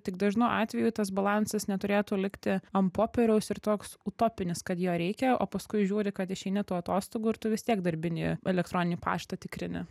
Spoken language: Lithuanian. tik dažnu atveju tas balansas neturėtų likti ant popieriaus ir toks utopinis kad jo reikia o paskui žiūri kad išeini tų atostogų ir tu vis tiek darbinį elektroninį paštą tikrini